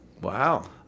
Wow